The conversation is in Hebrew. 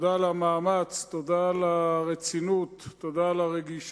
תודה על המאמץ, תודה על הרצינות, תודה על הרגישות.